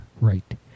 right